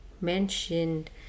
mentioned